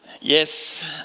Yes